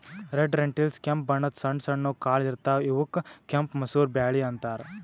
red lentils ಕೆಂಪ್ ಬಣ್ಣದ್ ಸಣ್ಣ ಸಣ್ಣು ಕಾಳ್ ಇರ್ತವ್ ಇವಕ್ಕ್ ಕೆಂಪ್ ಮಸೂರ್ ಬ್ಯಾಳಿ ಅಂತಾರ್